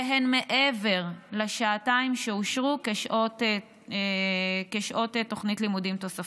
והן מעבר לשעתיים שאושרו כשעות תוכנית לימודים תוספתית.